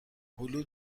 هلو